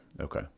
Okay